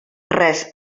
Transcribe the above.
res